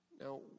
Now